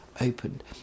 opened